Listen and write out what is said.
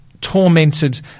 tormented